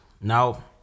now